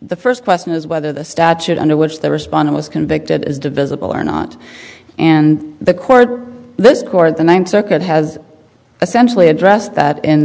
the first question is whether the statute under which the respondent was convicted is divisible or not and the court this court the ninth circuit has essentially addressed that in